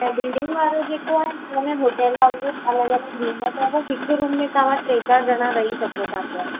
ऐं बिल्डिंग वारो जेको आहिनि हुनमें होटल वांगुर अलॻि अलॻि रूम अथव हिक रूम में तव्हां टे चारि जणा रही सघो था पिया